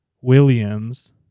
Williams